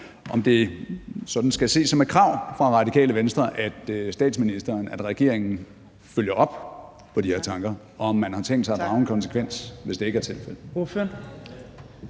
om det skal ses som et krav fra Det Radikale Venstre, at statsministeren og regeringen følger op på de her tanker, og om man har tænkt sig at drage en konsekvens, hvis det ikke er tilfældet.